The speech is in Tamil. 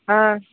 ஆ